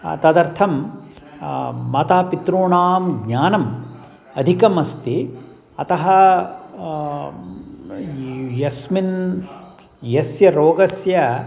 तदर्थं मातापितॄणां ज्ञानम् अधिकम् अस्ति अतः यस्मिन् यस्य रोगस्य